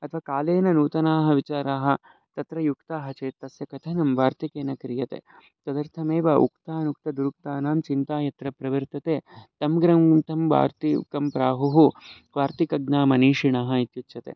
अथवा कालेन नूतनाः विचाराः तत्र युक्ताः चेत् तस्य कथनं वार्तिकेन क्रियते तदर्थमेव उक्तानुक्तदुरुक्तानां चिन्ता यत्र प्रवर्तते तं ग्रन्थयुक्तं वार्तिकं प्राहुः वार्तिकज्ञा मनीषिणः इत्युच्यते